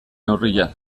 neurria